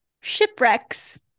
shipwrecks